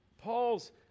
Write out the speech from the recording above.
Paul's